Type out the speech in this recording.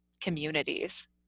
communities